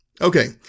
Okay